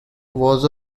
was